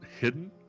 hidden